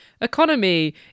economy